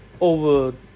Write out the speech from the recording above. over